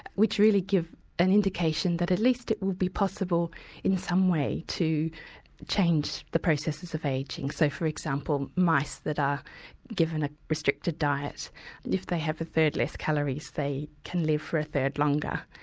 which really give an indication that at least it would be possible in some way to change the processes of ageing. so for example, mice that are given a restricted diet, and if they have a third less calories they can live for a third longer.